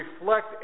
reflect